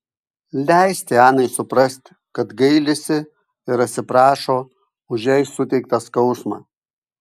leisti anai suprasti kad gailisi ir atsiprašo už jai suteiktą skausmą